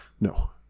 no